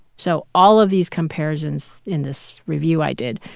so all of these comparisons in this review i did,